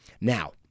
Now